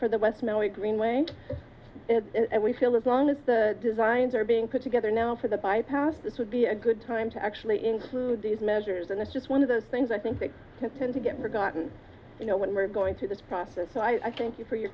for the west know it greenway and we feel as long as the designs are being put together now for the bypass this would be a good time to actually include these measures and it's just one of those things i think they tend to get forgotten you know when we're going through this process so i thank you for your